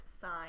sign